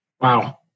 Wow